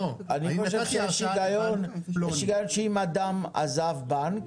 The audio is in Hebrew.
אני חושב שאם אדם עזב בנק,